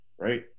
right